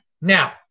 now